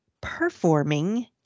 performing